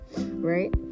right